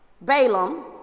Balaam